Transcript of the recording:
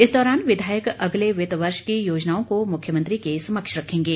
इस दौरान विधायक अगले वित्त वर्ष की योजनाओं को मुख्यमंत्री के समक्ष रखेंगे